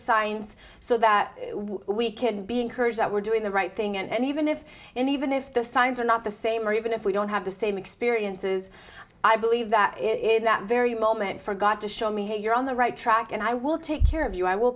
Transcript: signs so that we can be encouraged that we're doing the right thing and even if and even if the signs are not the same or even if we don't have the same experiences i believe that it is that very moment for god to show me hey you're on the right track and i will take care of you i will